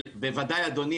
בוודאי אדוני,